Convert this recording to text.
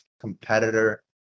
competitor